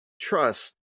trust